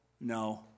no